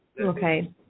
okay